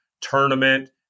tournament